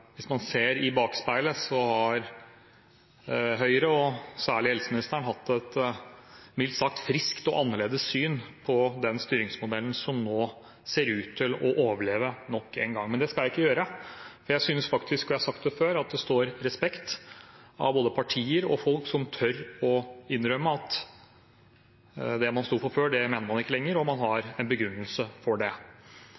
hvis man ser i bakspeilet, har Høyre og særlig helseministeren hatt et mildt sagt friskt og annerledes syn på den styringsmodellen som nå ser ut til å overleve nok en gang. Men det skal jeg ikke gjøre, for jeg synes faktisk – og jeg har sagt det før – at det står respekt av både partier og folk som tør å innrømme at det man sto for før, mener man ikke lenger, og man har